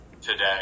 Today